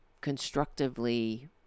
constructively